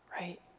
right